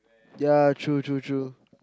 ya true true true